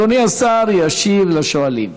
אדוני השר ישיב לשואלים.